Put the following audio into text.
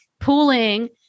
pooling